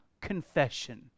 confession